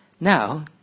Now